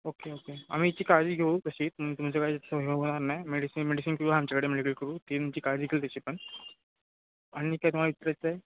okay okay आम्ही हिची काळजी घेऊ तशी तुमच्याकडे होणार नाही मेडिसीन मेडिसिन करू आमच्याकडे मेडिकल करू टीमची काळजी घेऊ तशी पण आणि काय तुम्हाला विचारायचं आहे